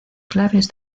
claves